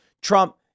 Trump